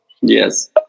Yes